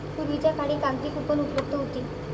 पूर्वीच्या काळी कागदी कूपन उपलब्ध होती